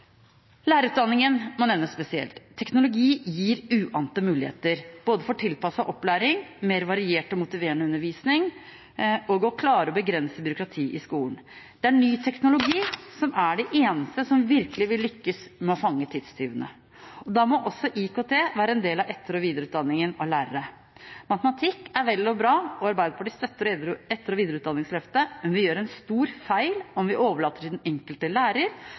Lærerutdanningen må nevnes spesielt. Teknologi gir uante muligheter både for tilpasset opplæring, mer variert og motiverende undervisning og for å klare å begrense byråkratiet i skolen. Det er ny teknologi som er det eneste som virkelig vil lykkes med å fange tidstyvene. Da må også IKT være en del av etter- og videreutdanningen av lærere. Matematikk er vel og bra, og Arbeiderpartiet støtter etter- og videreutdanningsløftet. Men vi gjør en stor feil om vi overlater til den enkelte lærer